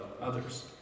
others